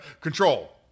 control